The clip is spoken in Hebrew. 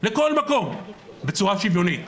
לכל מקום, בצורה שוויונית